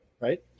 Right